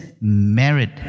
merit